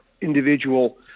individual